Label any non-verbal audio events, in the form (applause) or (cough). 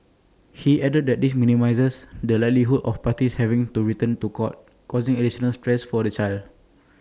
he added that this minimises (noise) the likelihood of parties having to return to court causing additional stress for the child